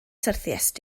syrthiaist